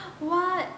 what